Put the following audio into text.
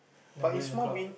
and put it in a cloud